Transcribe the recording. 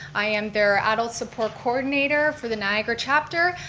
i am their adult support coordinator for the niagara chapter.